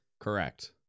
correct